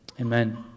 Amen